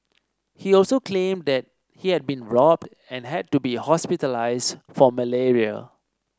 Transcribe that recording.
he also claimed that he had been robbed and had to be hospitalised for malaria